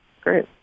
Great